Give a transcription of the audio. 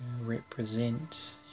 Represent